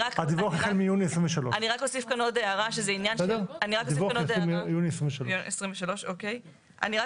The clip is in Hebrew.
הדיווח ייעשה החל מיוני 2023. אני רק